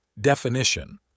Definition